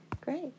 great